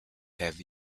have